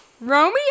Romeo